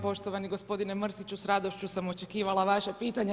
Poštovani gospodine Mrsiću, s radošću sam očekivala vaše pitanje.